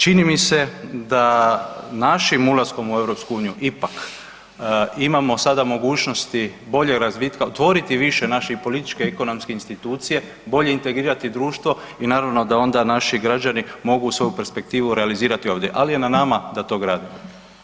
Čini mi se da našim ulaskom u EU ipak imamo sada mogućnosti boljeg razvitka, otvoriti više naših političko-ekonomske institucije, bolje integrirati društvo i naravno da onda naši građani mogu svoju perspektivu realizirati ovdje ali je na nama da to gradimo.